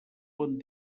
bon